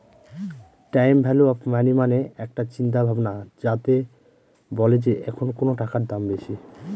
time value of money মানে একটা চিন্তা ভাবনা যাতে বলে যে এখন কোনো টাকার দাম বেশি